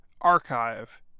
archive